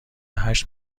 هشت